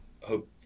hope